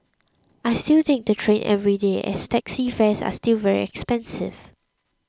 I still take the train every day as taxi fares are still very expensive